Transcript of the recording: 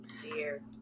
dear